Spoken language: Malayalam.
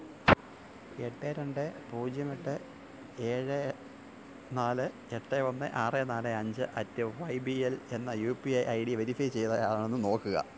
എട്ട് രണ്ട് പൂജ്യം എട്ട് ഏഴ് നാല് എട്ട് ഒന്ന് ആറ് നാല് അഞ്ച് അറ്റ് വൈ ബീ എൽ എന്ന U P I I D verify ചെയ്തത് ആണോ എന്ന് നോക്കുക